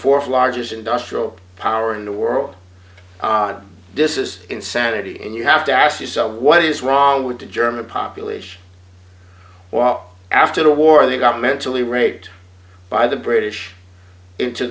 industrial power in the world this is insanity and you have to ask yourself what is wrong with the german population well after the war they got mentally raped by the british into